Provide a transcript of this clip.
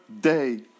day